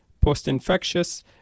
post-infectious